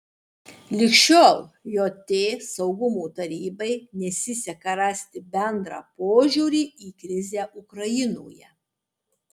lig šiol jt saugumo tarybai nesiseka rasti bendrą požiūrį į krizę ukrainoje